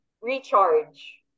recharge